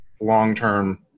long-term